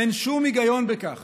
אין שום היגיון בכך